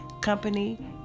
company